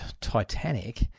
Titanic